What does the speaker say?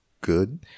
good